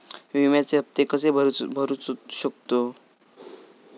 विम्याचे हप्ते कसे भरूचो शकतो?